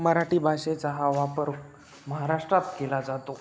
मराठी भाषेचा हा वापर महाराष्ट्रात केला जातो